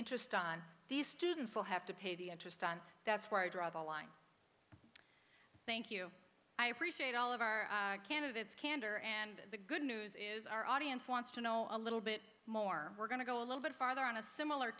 interest on these students will have to pay the interest on that's where i draw the line thank you i appreciate all of our candidates candor and the good news is our audience wants to know a little bit more we're going to go a little bit farther on a similar